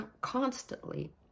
constantly